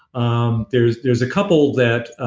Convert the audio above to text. um there's there's a couple that